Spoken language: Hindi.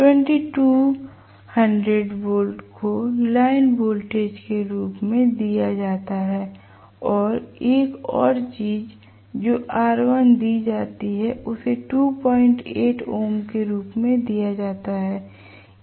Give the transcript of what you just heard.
अब 2200 वोल्ट को लाइन वोल्टेज के रूप में दिया जाता है और 1 और चीज़ जो R1 दी जाती है उसे 28 ओम के रूप में दिया जाता है